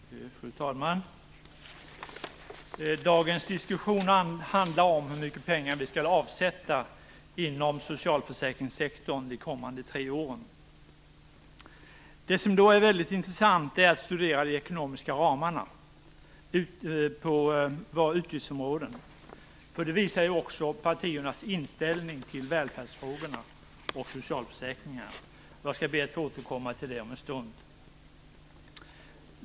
Fru talman! Dagens diskussion handlar om hur mycket pengar vi skall avsätta inom socialförsäkringssektorn de kommande tre åren. Då är det mycket intressant att studera de ekonomiska ramarna för våra utgiftsområden. De visar ju också partiernas inställning till välfärdsfrågorna och socialförsäkringarna. Jag skall be att få återkomma till det om en stund.